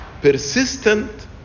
persistent